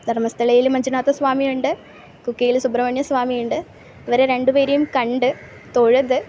ധർമ്മസ്ഥലയിൽ മഞ്ജുനാഥ സ്വാമിയുണ്ട് കുക്കെയിൽ സുബ്രമണ്യ സ്വാമീണ്ട് ഇവരെ രണ്ട് പേരെയും കണ്ടു തൊഴുത്